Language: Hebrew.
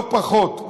לא פחות.